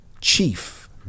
chief